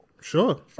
Sure